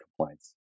compliance